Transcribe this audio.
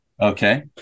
Okay